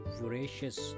voracious